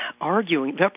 arguing –